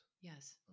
Yes